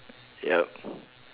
yup